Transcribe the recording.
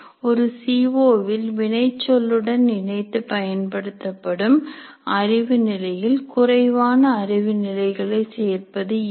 ஒரு C O வில் வினைச் சொல்லுடன் இணைந்து பயன்படுத்தும் அறிவு நிலையில் குறைவான அறிவு நிலைகளை சேர்ப்பது இல்லை